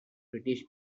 british